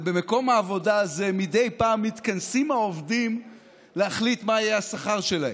ובמקום העבודה הזה מדי פעם מתכנסים העובדים להחליט מה יהיה השכר שלהם.